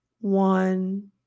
one